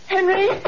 Henry